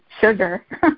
sugar